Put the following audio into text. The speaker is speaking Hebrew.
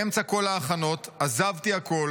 באמצע כל ההכנות עזבתי הכול,